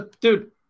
dude